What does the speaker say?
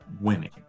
winning